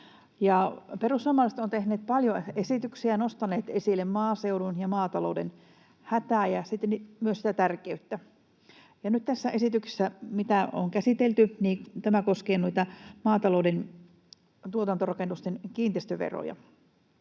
Perussuomalaiset ovat tehneet paljon esityksiä, nostaneet esille maaseudun ja maatalouden hätää ja sitten myös sitä tärkeyttä. Nyt tämä esitys, mitä on käsitelty, koskee noita maatalouden tuotantorakennusten kiinteistöveroja.